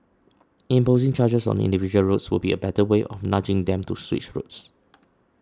imposing charges on individual roads would be a better way of nudging them to switch routes